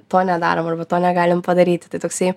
to nedarom arba to negalim padaryti tai toksai